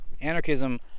anarchism